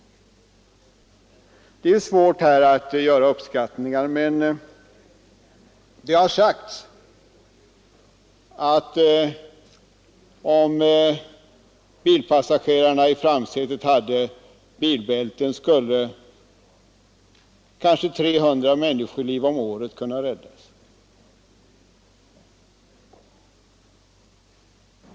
Det är svårt att göra uppskattningar, men det har sagts att om bilpassagerarna i framsätet hade bilbälten, skulle kanske 300 människoliv om året kunna räddas.